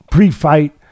Pre-fight